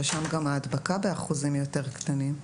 ששם גם ההדבקה באחוזים יותר קטנים,